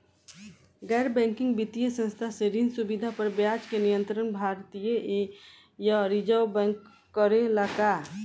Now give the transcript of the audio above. गैर बैंकिंग वित्तीय संस्था से ऋण सुविधा पर ब्याज के नियंत्रण भारती य रिजर्व बैंक करे ला का?